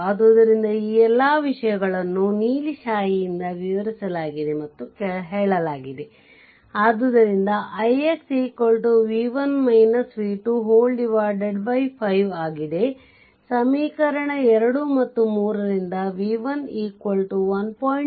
ಆದ್ದರಿಂದ ಈ ಎಲ್ಲಾ ವಿಷಯಗಳನ್ನು ನೀಲಿ ಶಾಯಿಯಿಂದ ವಿವರಿಸಲಾಗಿದೆ ಮತ್ತು ಹೇಳಲಾಗಿದೆ ಆದ್ದರಿಂದ ix 5 ಆಗಿದೆ ಸಮೀಕರಣ 2 ಮತ್ತು 3 ರಿಂದ v1 1